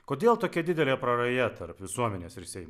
kodėl tokia didelė praraja tarp visuomenės ir seimo